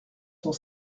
sont